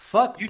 Fuck